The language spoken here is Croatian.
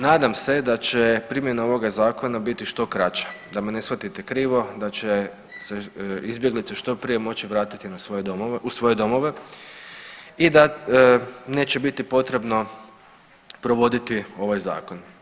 Nadam se da će primjena ovog zakona biti što kraća, da me ne shvatite krivo da će se izbjeglice što prije moći vratiti u svoje domove i da neće biti potrebno provoditi ovaj zakon.